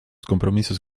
compromisos